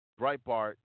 Breitbart